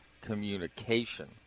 communication